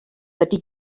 wedi